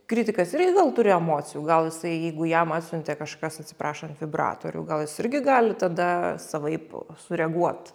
kritikas irgi gal turi emocijų gal jisai jeigu jam atsiuntė kažkas atsiprašant vibratorių gal jis irgi gali tada savaip sureaguot